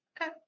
Okay